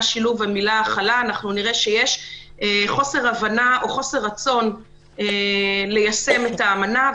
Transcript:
שילוב ושל המילה הכלה נראה שיש חוסר הבנה או חוסר רצון ליישם את האמנה.